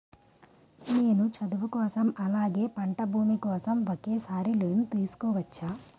నేను చదువు కోసం అలాగే పంట భూమి కోసం ఒకేసారి లోన్ తీసుకోవచ్చా?